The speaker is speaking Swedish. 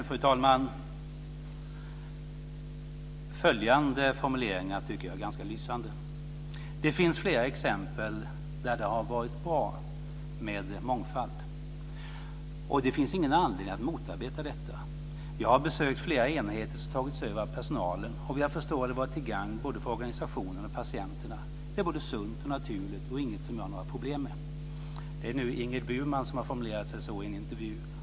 Fru talman! Följande formulering är ganska lysande: Det finns flera exempel där det har varit bra med mångfald. Det finns ingen anledning att motarbeta detta. Jag har besökt flera enheter som tagits över av personalen, och vad jag förstår har det varit till gagn för både organisationen och patienterna. Det är både sunt och naturligt och inget som jag har några problem med. Det är Ingrid Burman som har formulerat sig så i en intervju.